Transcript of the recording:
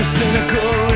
cynical